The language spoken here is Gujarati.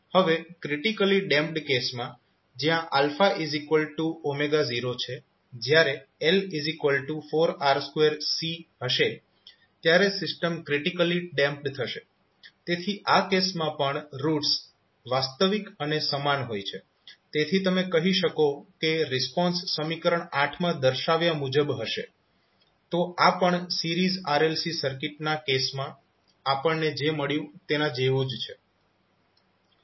હવે ક્રિટીકલી ડેમ્પ્ડ કેસમાં જ્યા 0 છે જયારે L4R2C હશે ત્યારે સિસ્ટમ ક્રિટીકલી ડેમ્પ્ડ થશે તેથી આ કેસમાં પણ રૂટ્સ વાસ્તવિક અને સમાન હોય છે તેથી તમે કહી શકો કે રિસ્પોન્સ સમીકરણ માં દર્શાવ્યા મુજબ હશે તો આ પણ સીરીઝ RLC સર્કિટના કેસમાં આપણને જે મળ્યું તેના જેવું જ છે